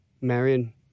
Marion